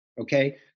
Okay